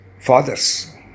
fathers